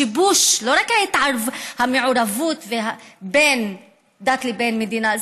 הוא השיבוש, לא רק הערבוב בין דת לבין מדינה.